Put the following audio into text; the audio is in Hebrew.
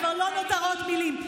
כבר לא נותרות מילים.